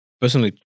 personally